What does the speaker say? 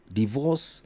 divorce